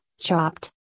chopped